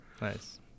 Nice